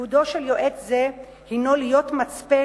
ייעודו של יועץ זה הינו להיות מצפן,